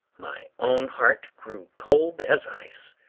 my own heart grew cold as ice,